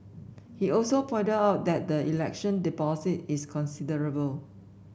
he also pointed out that the election deposit is considerable